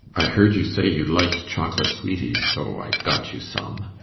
heard you say you liked chocolate sweeties, so i got you some,